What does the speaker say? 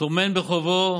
טומן בחובו